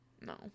no